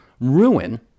ruin